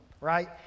right